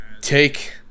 take